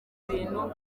bintu